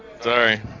Sorry